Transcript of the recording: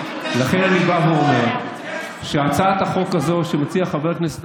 לכן אני בא ואומר שהצעת החוק הזו שמציעים חבר הכנסת